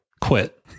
quit